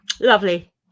lovely